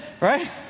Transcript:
Right